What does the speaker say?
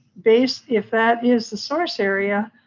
based, if that is the source area,